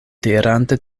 dirante